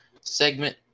segment